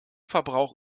verbrauch